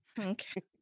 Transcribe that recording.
Okay